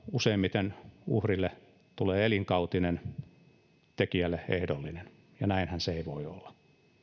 useimmiten uhrille elinkautinen tekijälle ehdollinen ja näinhän se ei voi olla